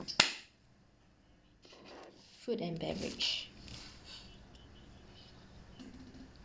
food and beverage